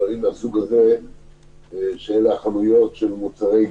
שהממשלה עשתה בתקנות הסגר המוגזמות הללו